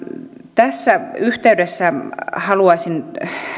tässä yhteydessä haluaisin